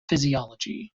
physiology